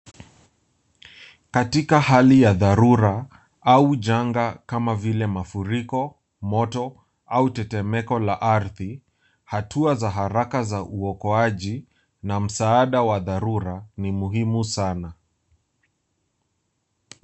Katika hali ya dharura au janga kama vile mafuriko ,moto au tetetmeko la ardhi, hatua za haraka za uokoaji na msaada wa dharura ni muhimu sana.